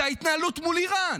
זה ההתנהלות מול איראן.